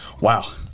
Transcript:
wow